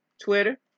Twitter